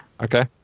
okay